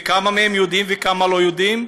כמה מהם יודעים וכמה לא יודעים?